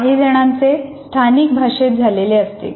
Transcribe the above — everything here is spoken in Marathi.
काहीजणांचे स्थानिक भाषेत झालेली असते